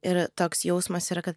ir toks jausmas yra kad